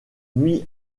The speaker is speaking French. mis